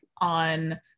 on